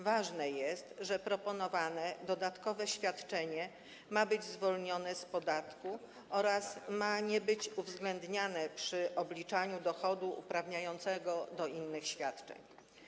Ważne jest, że proponowane dodatkowe świadczenie ma być zwolnione z podatku oraz ma nie być uwzględniane przy obliczaniu dochodu uprawniającego do innych świadczeń.